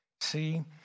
See